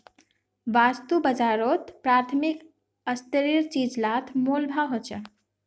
वास्तु बाजारोत प्राथमिक स्तरेर चीज़ लात मोल भाव होछे